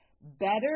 Better